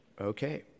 Okay